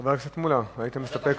חבר הכנסת מולה, אתה מסתפק?